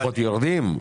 פחות יורדים?